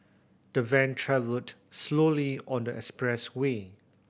the van travelled slowly on the expressway